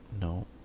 No